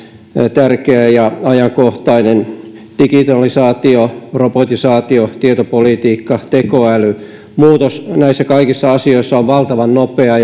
tärkeä ja ajankohtainen digitalisaatio robotisaatio tietopolitiikka tekoäly muutos näissä kaikissa asioissa on valtavan nopeaa